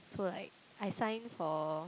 so like I sign for